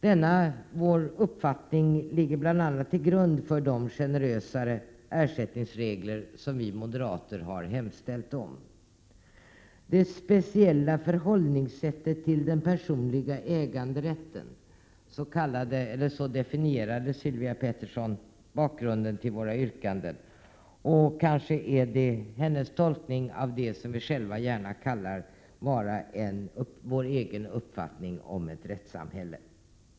Denna vår uppfattning ligger till grund bl.a. för de generösare ersättningsregler som vi moderater har hemställt om. Det speciella förhållningssättet till den personliga äganderätten, så definierade Sylvia Pettersson bakgrunden till våra yrkanden. Det kanske är hennes tolkning av det som vi själva uppfattar som vår egen uppfattning om ett rättssamhälle.